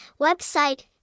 website